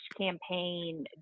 campaign